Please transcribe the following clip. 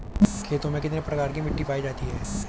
खेतों में कितने प्रकार की मिटी पायी जाती हैं?